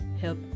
help